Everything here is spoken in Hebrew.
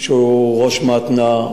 שהוא ראש מתנ"ע,